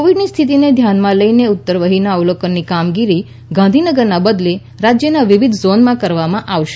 કોવિડની સ્થિતિને ધ્યાનમાં લઈને ઉત્તરવહીનાં અવલોકનની કામગીરી ગાંધીનગરના બદલે રાજ્યના વિવિધ ઝોનમાં કરવામાં આવશે